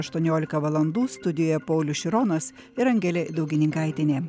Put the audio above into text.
aštuoniolika valandų studijoje paulius šironas ir angelė daugininkaitienė